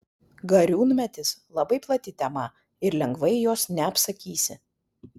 gariūnmetis labai plati tema ir lengvai jos neapsakysi